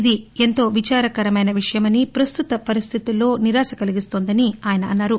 ఇది ఎంతో విచార కరమైన విషయమని ప్రస్తుత పరిస్టిత్లో నిరాశ కల్గిస్తోందని ఆయన అన్నారు